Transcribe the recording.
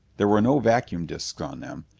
there were no vacuum discs on them,